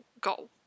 goal